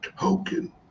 token